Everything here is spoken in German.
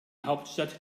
hauptstadt